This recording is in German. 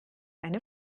eine